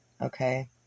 Okay